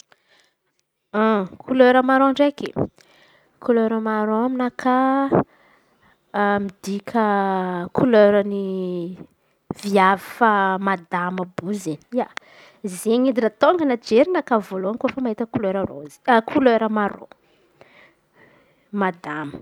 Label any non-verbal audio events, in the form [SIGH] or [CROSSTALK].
[HESITATION] Kolera maraon ndraiky. Kolera maraon aminakà midika kolera ny viavy efa madama bozakia zay edy no ataon̈y jerinakà voalohan̈y kofa mahita kolera rôzy [HESITATION] maraon madamo.